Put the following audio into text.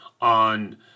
on